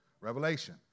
revelation